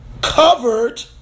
covered